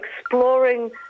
exploring